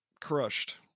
crushed